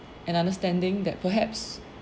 an understanding that perhaps